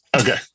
Okay